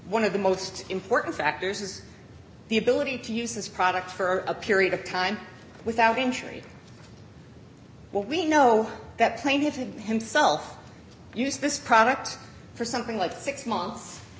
one of the most important factors is the ability to use this product for a period of time without injury but we know that plaintiffs himself use this product for something like six months